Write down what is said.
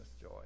joy